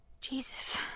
Jesus